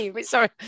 Sorry